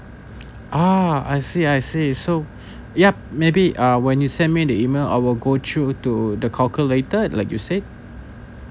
uh I see I see so yup maybe uh when you send me the email I will go through to the calculator like you say